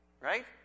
Right